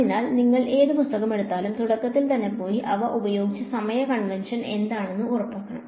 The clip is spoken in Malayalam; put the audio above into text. അതിനാൽ നിങ്ങൾ ഏത് പുസ്തകം എടുത്താലും തുടക്കത്തിൽ തന്നെ പോയി അവർ ഉപയോഗിച്ച സമയ കൺവെൻഷൻ എന്താണെന്ന് ഉറപ്പാക്കണം